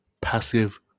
passive